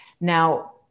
Now